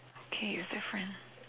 okay it's different